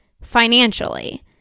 financially